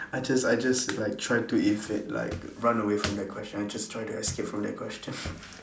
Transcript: I just I just if I try to invade like run away from that question I just try to escape from that question